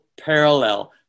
parallel